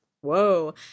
Whoa